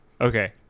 okay